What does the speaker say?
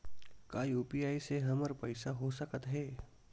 का यू.पी.आई से हमर पईसा हो सकत हे?